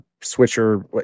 switcher